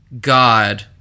God